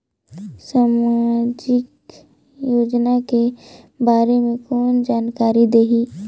समाजिक योजना के बारे मे कोन जानकारी देही?